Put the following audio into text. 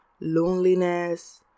Loneliness